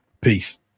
Peace